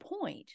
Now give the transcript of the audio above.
point